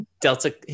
delta